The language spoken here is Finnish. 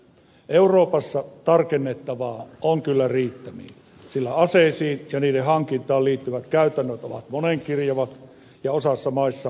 euroopassa tarkennettavaa on kyllä riittämiin sillä aseisiin ja niiden hankintaan liittyvät käytännöt ovat monenkirjavat ja osassa maista varsin heppoiset